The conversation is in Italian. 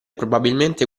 probabilmente